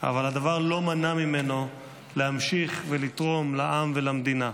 אבל הדבר לא מנע ממנו להמשיך לתרום לעם ולמדינה.